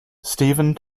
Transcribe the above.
stephen